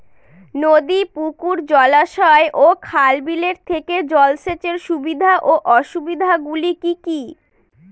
নদী পুকুর জলাশয় ও খাল বিলের থেকে জল সেচের সুবিধা ও অসুবিধা গুলি কি কি?